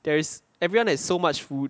there is everyone has so much food